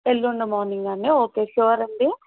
ఎల్లుండి మార్నింగా అండి ఓకే షూర్ అండి